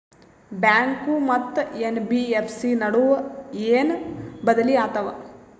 Bank ಮತ್ತ NBFC ನಡುವ ಏನ ಬದಲಿ ಆತವ?